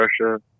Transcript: Russia